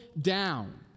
down